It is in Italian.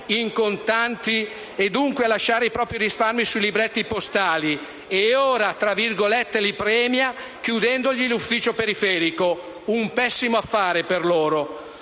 in contanti e dunque a lasciare i propri risparmi sui libretti postali, e ora li "premia" chiudendogli l'ufficio periferico. Un pessimo affare per loro!